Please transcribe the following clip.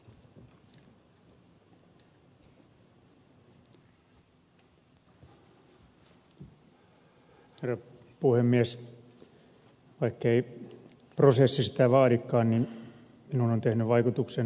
vaikkei prosessi sitä vaadikaan niin minuun on tehnyt vaikutuksen ed